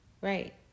Right